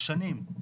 שנים.